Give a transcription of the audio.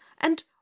And